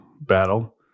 battle